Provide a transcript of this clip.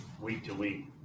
week-to-week